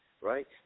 right